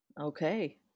Okay